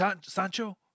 sancho